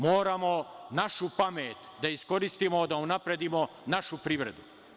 Moramo našu pamet da iskoristimo da unapredimo našu privredu.